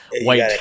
white